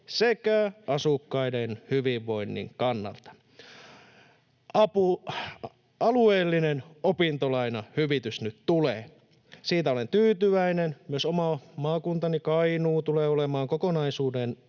sekä asukkaiden hyvinvoinnin kannalta. Alueellinen opintolainahyvitys tulee nyt. Siitä olen tyytyväinen. Myös oma maakuntani Kainuu tulee olemaan kokonaisuudessaan